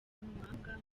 n’umuhanga